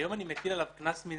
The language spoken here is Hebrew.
היום אני מקל עליו, כי זה קנס מינהלי.